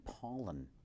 pollen